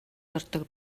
ордог